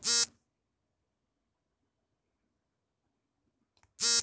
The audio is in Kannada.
ಕಾಯಿಕೊರಕ ಕೀಟಗಳ ಮೇಲೆ ಪರಿಣಾಮಕಾರಿಯಾಗಿರುವ ಕೀಟನಾಶಗಳು ಯಾವುವು?